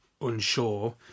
unsure